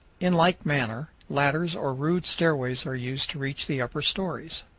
in like manner, ladders or rude stairways are used to reach the upper stories.